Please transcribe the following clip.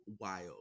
wild